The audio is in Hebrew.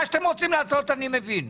מה שאתם רוצים לעשות אני מבין.